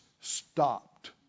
stopped